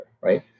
right